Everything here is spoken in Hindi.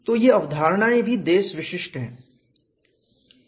तो यह अवधारणाएं भी देश विशिष्ट कंट्री स्पेसिफिक है